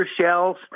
shells